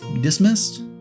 dismissed